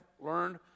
learned